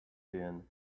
din